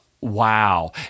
Wow